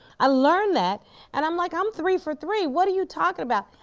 i learned that and i'm like um three for three, what are you talking about?